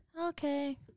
okay